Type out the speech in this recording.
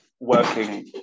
working